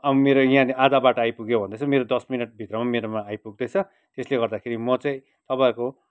मेरो यहाँ आधा बाटो आइपुग्यो भन्दैछ मेरो दस मिनेट भित्रमा मेरोमा आइपुग्दैछ यसले गर्दा म चाहिँ तपाईँहरूको